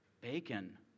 Bacon